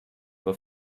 were